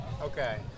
Okay